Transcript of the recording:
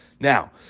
Now